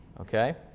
Okay